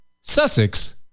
Sussex